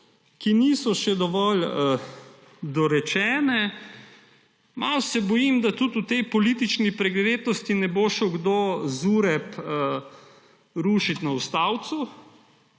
še niso dovolj dorečene. Malo se bojim, da v tej politični pregretosti ne bo šel kdo ZUreP rušiti na ustavcu,